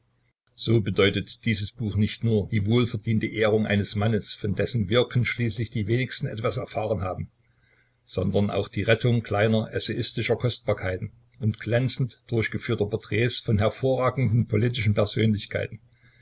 so bedeutet dieses buch nicht nur die wohlverdiente ehrung eines mannes von dessen wirken schließlich die wenigsten etwas erfahren haben sondern auch die rettung kleiner essayistischer kostbarkeiten und glänzend durchgeführter porträts von hervorragenden politischen persönlichkeiten